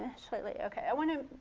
so like okay, i want to.